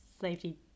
safety